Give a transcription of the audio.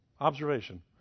Observation